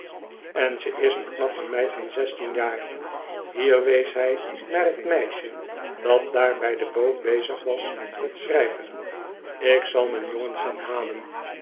en ze is een knappe op t vertrek naar t groote zoutmeer meid van zestien jaar hier wees hij naar t meisje dat daar bij de boot bezig was met schrijven ik zal m'n jongen gaan halen